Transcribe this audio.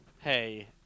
Hey